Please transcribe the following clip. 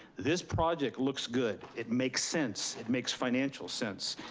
this project looks good, it makes sense. it makes financial sense.